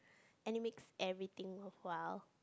and it makes everything worthwhile